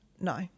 no